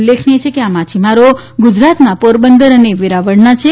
ઉલ્લેખનીય છે કે આ માછીમારો ગુજરાતના પોરબંદર અને વેરાવળના છે